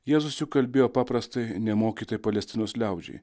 jėzus juk kalbėjo paprastai nemokytai palestinos liaudžiai